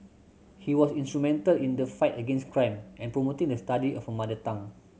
he was instrumental in the fight against crime and promoting the study of a mother tongue